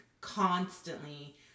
constantly